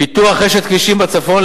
פיתוח רשת כבישים בצפון,